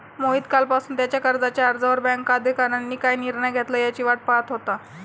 मोहित कालपासून त्याच्या कर्जाच्या अर्जावर बँक अधिकाऱ्यांनी काय निर्णय घेतला याची वाट पाहत होता